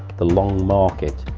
the long market.